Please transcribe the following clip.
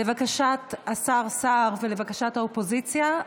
לבקשת השר סער ולבקשת האופוזיציה,